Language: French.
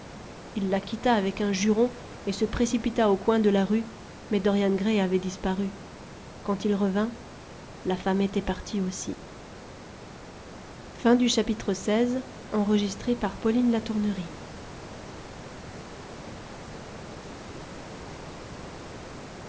il la quitta avec un juron et se précipita au coin de la rue mais dorian gray avait disparu quand il revint la femme était partie aussi